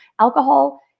alcohol